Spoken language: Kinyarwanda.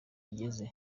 kigeze